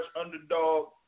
underdog